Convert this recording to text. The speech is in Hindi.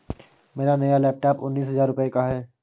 मेरा नया लैपटॉप उन्नीस हजार रूपए का है